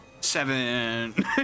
seven